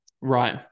right